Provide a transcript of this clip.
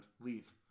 Leave